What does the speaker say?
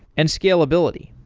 and scalability.